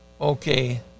okay